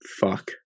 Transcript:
fuck